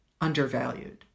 undervalued